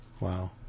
Wow